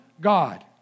God